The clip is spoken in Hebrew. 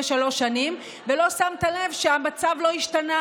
שלוש שנים ולא שמת לב שהמצב לא השתנה,